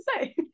say